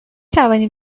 توانی